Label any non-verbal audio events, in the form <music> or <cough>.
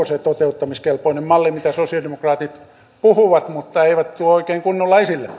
<unintelligible> se toteuttamiskelpoinen malli mistä sosialidemokraatit puhuvat mutta mitä eivät tuo oikein kunnolla esille <unintelligible>